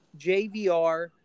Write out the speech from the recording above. jvr